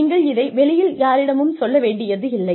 நீங்கள் இதை வெளியில் யாரிடமும் சொல்ல வேண்டியதில்லை